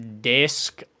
disc